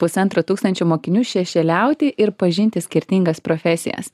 pusantro tūkstančio mokinių šešėliauti ir pažinti skirtingas profesijas